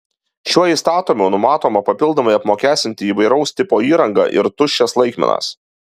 šiuo įstatymu numatoma papildomai apmokestinti įvairaus tipo įrangą ir tuščias laikmenas